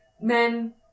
men